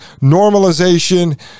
normalization